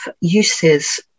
uses